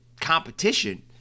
competition